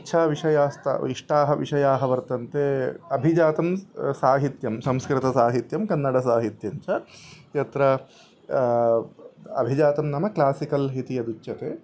इष्टाः विषयाः स्ता इष्टाः विषयाः वर्तन्ते अभिजातं साहित्यं संस्कृतसाहित्यं कन्नडसाहित्यं च यत्र अभिजातं नाम क्लासिकल् इति यदुच्यते